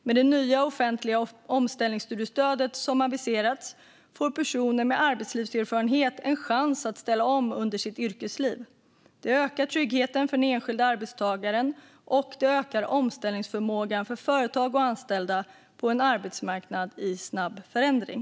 Med det nya offentliga omställningsstudiestödet som aviserats får personer med arbetslivserfarenhet en chans att ställa om under sitt yrkesliv. Det ökar tryggheten för den enskilda arbetstagaren, och det ökar omställningsförmågan för företag och anställda på en arbetsmarknad i snabb förändring.